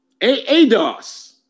Ados